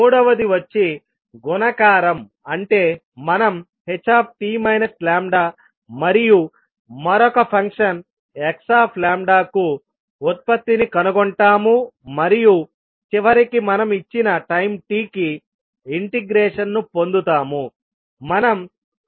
మూడవది వచ్చి గుణకారం అంటే మనం ht λ మరియు మరొక ఫంక్షన్ x కు ఉత్పత్తిని కనుగొంటాము మరియు చివరికి మనం ఇచ్చిన టైం t కి ఇంటిగ్రేషన్ ను పొందుతాము